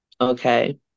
okay